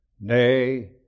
Nay